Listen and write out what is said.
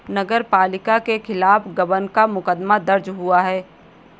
नगर पालिका के खिलाफ गबन का मुकदमा दर्ज हुआ है